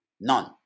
None